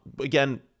Again